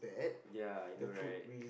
ya you know right